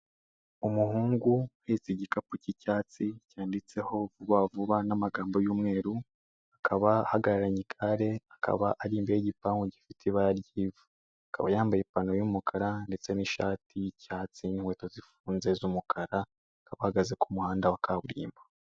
umuhungu uhetse igikapu cyi cyasti cyandisteho vubavuba namagambo y'umweru Akaba ahagararanye igare akaba ari mbere y' igipangu gifite ibara ryivu akaba yambaye ipantaro y'umukara ndetse n' ikweto zifunze z' umukara uhagaze ku muhanda wa kaburimbo